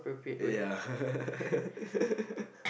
ya